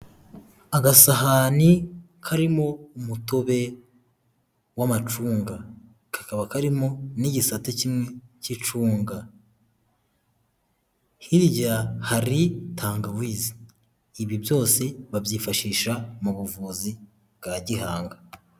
Agasahani karimo umutobe w'amacunga, kakaba karimo n'igisate kimwe cy'icunga, hirya hari tangawizi, ibi byose babyifashisha mu buvuzi bwa gihanga.